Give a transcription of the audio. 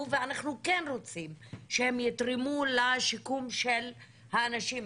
ואנחנו כן רוצים שהם יתרמו לשיקום של האנשים.